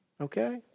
Okay